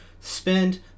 spend